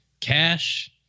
Cash